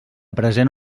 present